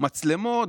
מצלמות,